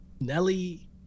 Nelly